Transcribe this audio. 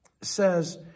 says